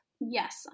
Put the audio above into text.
Yes